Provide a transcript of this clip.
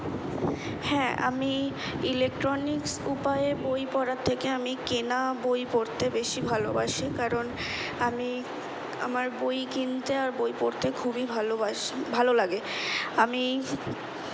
হ্যাঁ আমি ইলেকট্রনিক্স উপায়ে বই পড়ার থেকে আমি কেনা বই পড়তে বেশি ভালোবাসি কারণ আমি আমার বই কিনতে আর বই পড়তে খুবই ভালোবাসি ভালো লাগে আমি